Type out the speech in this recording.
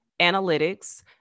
Analytics